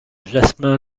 jasmin